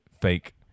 fake